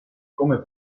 come